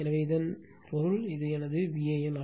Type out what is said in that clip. எனவே இதன் பொருள் இது எனது Van